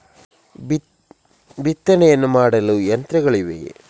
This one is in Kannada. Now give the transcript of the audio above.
ಬಿತ್ತನೆಯನ್ನು ಮಾಡಲು ಯಂತ್ರಗಳಿವೆಯೇ?